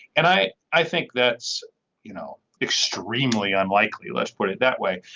and i i think that's you know extremely unlikely let's put it that way.